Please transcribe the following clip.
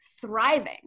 thriving